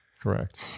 Correct